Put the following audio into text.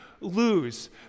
lose